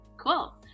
Cool